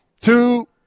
Two